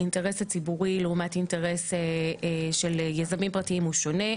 האינטרס הציבורי לעומת אינטרס של יזמים פרטיים הוא שונה.